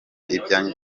ibyanyu